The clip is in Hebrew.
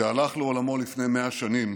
שהלך לעולמו לפני 100 שנים,